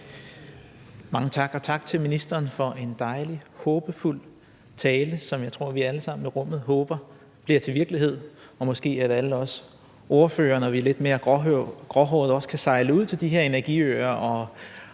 Mange tak, og tak til ministeren for en dejligt håbefuld tale, som jeg tror vi alle sammen i rummet håber bliver til virkelighed, og måske kan alle os ordførere, når vi er lidt mere gråhårede, også sejle ud til de her energiøer